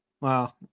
wow